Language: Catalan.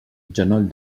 genoll